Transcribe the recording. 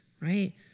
right